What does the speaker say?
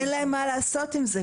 אין להם מה לעשות עם זה.